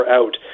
out